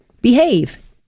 behave